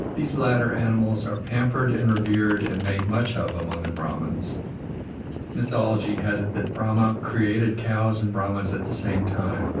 these latter animals are pampered and revered and made much of among the brahmans mythology has it that brahma created cows and brahmans at the same time,